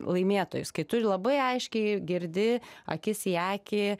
laimėtojus kai tu ir labai aiškiai girdi akis į akį